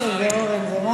איזה אורן זה.